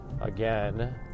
again